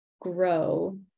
grow